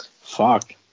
Fuck